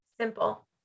Simple